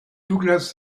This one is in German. douglas